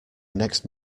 next